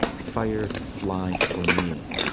fire fly for me.